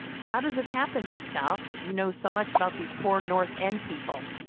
how does it happen, miss south, that you know so much about these poor north end people?